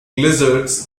lizards